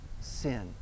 sin